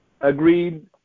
agreed –